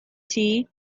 tea